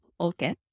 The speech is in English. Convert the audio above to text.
okay